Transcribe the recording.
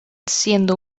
siendo